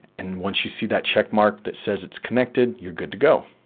and once you see that check mark that says it's connected, you're good to go.